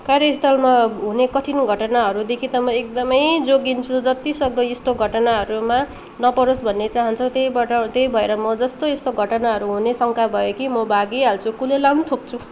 कार्यस्थलमा हुने कठिन घटनाहरूदेखि त म एकदमै जोगिन्छु जतिसक्दो यस्तो घटनाहरूमा नपरोस् भन्ने चाहन्छ त्यहीबाट त्यही भएर म जस्तो यस्तो घटनाहरू हुने शङ्का भए कि म भागिहाल्छु कुलेलाम् ठोक्छु